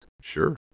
Sure